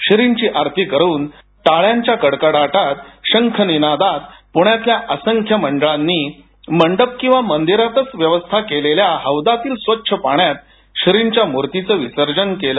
श्रींची आरती करून टाळ्यांच्या कडकडाटात शंख निनादात पुण्यातल्या असंख्य मंडळांनी मंडप किंवा मंदिरातच व्यवस्था केलेल्या हौदातील स्वच्छ पाण्यात श्रींच्या मुर्तीचं विसर्जन केलं